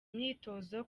imyitozo